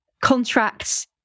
contracts